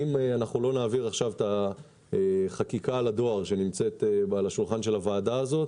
אם לא נעביר עכשיו את החקיקה על הדואר שנמצאת על שולחן הוועדה הזאת,